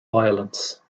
violence